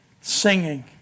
singing